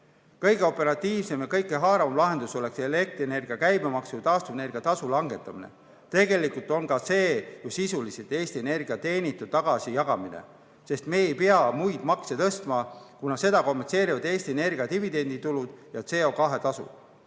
Kõige operatiivsem ja kõikehaarav lahendus oleks elektrienergia käibemaksu ja taastuvenergia tasu langetamine. Tegelikult on ka see ju sisuliselt Eesti Energia teenitu tagasi jagamine, sest me ei pea muid makse tõstma, kuna seda kompenseerivad Eesti Energia dividenditulud ja CO2tasu.